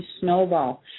snowball